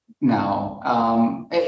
now